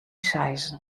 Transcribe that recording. seizen